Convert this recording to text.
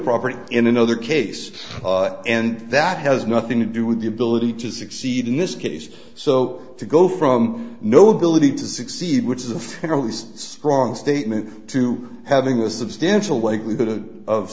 property in another case and that has nothing to do with the ability to succeed in this case so to go from no ability to succeed which is a fairly strong statement to having a substantial likelihood of